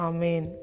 Amen